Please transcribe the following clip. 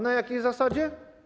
Na jakiej zasadzie?